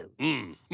Mmm